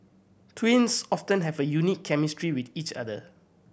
twins often have a unique chemistry with each other